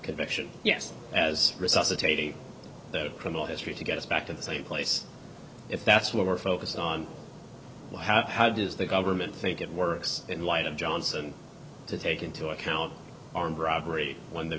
resuscitating criminal history to get us back to the same place if that's what we're focused on how does the government think it works in light of johnson to take into account armed robbery when the